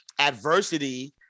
adversity